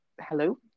Hello